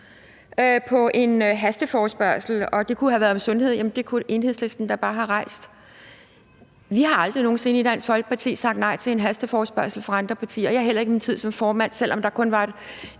på en hasteforespørgsel, og at det kunne have været om sundhed. Jamen det kunne Enhedslisten da bare have rejst. Vi har aldrig nogen sinde i Dansk Folkeparti sagt nej til en hasteforespørgsel fra andre partier. Jeg har heller ikke i min tid som formand, selv om der kun var et